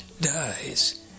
dies